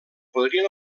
podrien